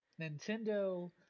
Nintendo